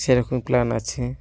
সেরকম প্ল্যান আছে